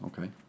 okay